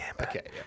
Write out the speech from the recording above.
Okay